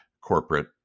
corporate